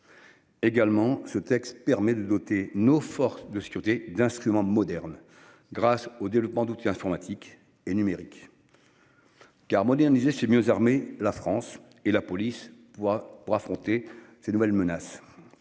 Également, ce texte permet de doter nos forces de sécurité d'instruments modernes grâce au développement d'outils informatiques et numériques. Car moderniser c'est mieux armés. La France et la police. Pour affronter ces nouvelles menaces.